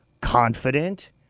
confident